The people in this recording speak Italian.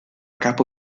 capo